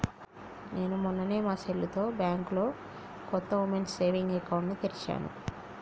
నేను మొన్ననే మా సెల్లుతో బ్యాంకులో కొత్త ఉమెన్స్ సేవింగ్స్ అకౌంట్ ని తెరిచాను